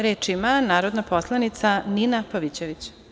Reč ima narodna poslanica Nina Pavićević.